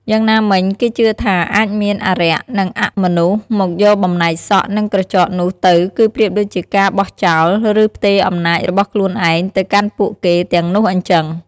យ៉ាងណាមិញ គេជឿថាអាចមានអារក្ស និងអមនុស្សមកយកបំណែកសក់ និងក្រចកនោះទៅ គឺប្រៀបដូចជាការបោះចោល ឬផ្ទេរអំណាចរបស់ខ្លួនឯង ទៅកាន់ពួកគេទាំងនោះអញ្ចឹង។